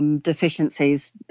Deficiencies